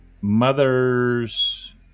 mother's